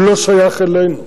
הוא לא שייך אלינו.